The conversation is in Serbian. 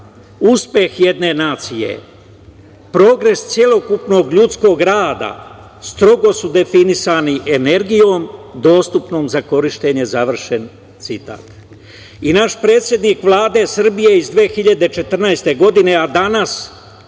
uspeh jedne nacije, progres celokupnog ljudskog rada strogo su definisani energijom, dostupnom za korišćenje“, završen citat.I naš predsednik Vlade Srbije iz 2014. godine, a danas